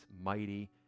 mighty